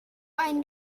einen